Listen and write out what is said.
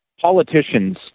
politicians